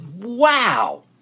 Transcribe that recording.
wow